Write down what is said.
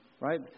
Right